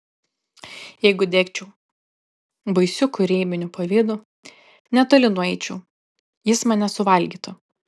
jeigu degčiau baisiu kūrybiniu pavydu netoli nueičiau jis mane suvalgytų